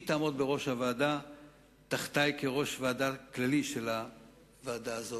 היא תעמוד בראש הוועדה תחתי כראש ועדה כללי של הוועדה הזו,